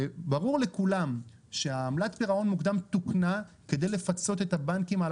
ברור לכולם שעמלת הפירעון המוקדם תוקנה כדי לפצות את הבנקים על